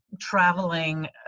traveling